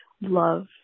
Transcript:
love